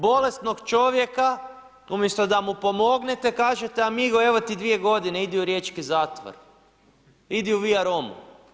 Bolesnog čovjeka, umjesto da mu pomognete, kažete amigo evo ti 2 godine, idi u riječki zatvor, idi u Via Romu.